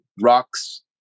rocks